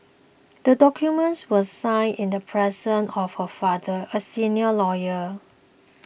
the document was signed in the presence of her father a senior lawyer